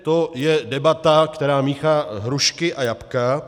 To je debata, která míchá hrušky a jablka.